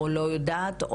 לא יודעת,